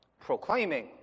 proclaiming